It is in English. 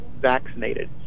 vaccinated